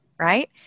right